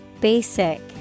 basic